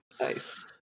Nice